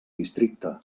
districte